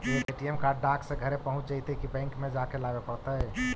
ATM card डाक से घरे पहुँच जईतै कि बैंक में जाके लाबे पड़तै?